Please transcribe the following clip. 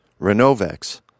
Renovex